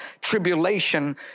tribulation